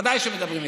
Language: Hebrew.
ודאי שמדברים איתם.